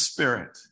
Spirit